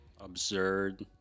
absurd